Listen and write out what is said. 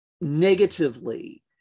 negatively